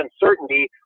uncertainty